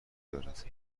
دارد